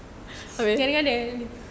ngada-ngada